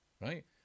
right